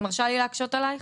את מרשה לי להקשות עלייך?